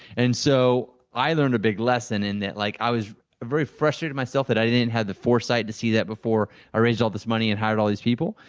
and so i learned a big lesson in that. like i was very frustrated with myself that i didn't have the foresight to see that before i raised all this money and hired all these people,